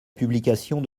publication